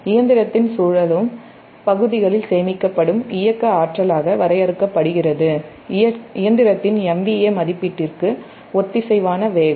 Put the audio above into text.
இயந்திரத்தின் சுழலும் பகுதிகளில் சேமிக்கப்படும் இயக்க ஆற்றலாக வரையறுக்கப் படுகிறது இயந்திரத்தின் MVA மதிப்பீட்டிற்கு ஒத்திசைவான வேகம்